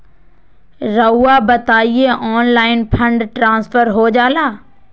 रहुआ बताइए online fund transfer हो जाला?